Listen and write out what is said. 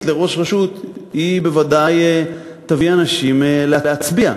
לראש רשות בוודאי תביא אנשים להצביע.